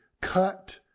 cut